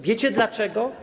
Wiecie dlaczego?